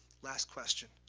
last question.